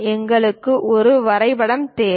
எங்களுக்கு ஒரு வரைபடம் தேவை